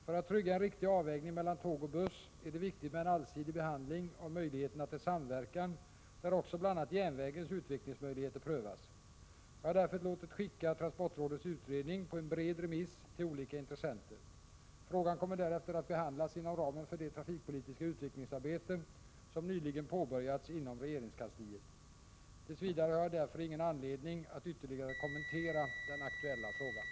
För att trygga en riktig avvägning mellan tåg och buss är det viktigt med en allsidig behandling av möjligheterna till samverkan där också bl.a. järnvägens utvecklingsmöjligheter prövas. Jag har därför låtit skicka transportrådets utredning på en bred remiss till olika intressenter. Frågan kommer därefter att behandlas inom ramen för det trafikpolitiska utvecklingsarbetet som nyligen påbörjats inom regeringskansliet. Tills vidare har jag därför ingen anledning att nu kommentera den aktuella frågan.